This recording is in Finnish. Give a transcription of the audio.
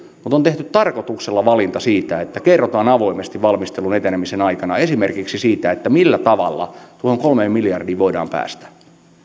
mutta on tehty tarkoituksella valinta siitä että kerrotaan avoimesti valmistelun etenemisen aikana esimerkiksi siitä millä tavalla tuohon kolmeen miljardiin voidaan päästä